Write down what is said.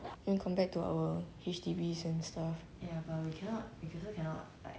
then compare to our H_D_B same stuff